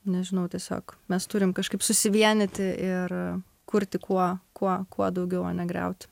nežinau tiesiog mes turim kažkaip susivienyti ir kurti kuo kuo kuo daugiau o ne griauti